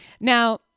Now